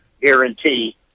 guarantee